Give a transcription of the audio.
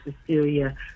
Cecilia